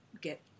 get